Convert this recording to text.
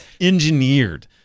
engineered